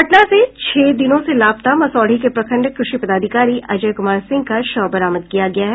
पटना से छह दिनों से लापता मसौढ़ी के प्रखंड कृषि पदाधिकारी अजय कुमार सिंह का शव बरामद किया गया है